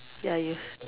ya use~